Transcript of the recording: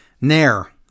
Nair